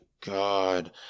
God